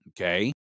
Okay